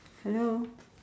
hello